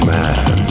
man